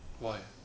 why